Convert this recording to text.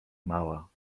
mała